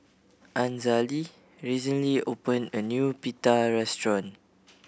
Azalee recently opened a new Pita restaurant